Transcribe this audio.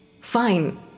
Fine